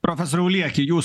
profesoriau lieki jūs